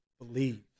believe